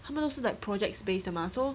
他们都是 like projects based 的 mah so